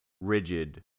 rigid